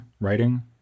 writing